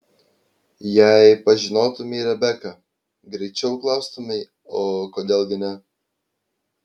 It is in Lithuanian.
jei pažinotumei rebeką greičiau klaustumei o kodėl gi ne